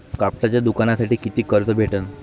कापडाच्या दुकानासाठी कितीक कर्ज भेटन?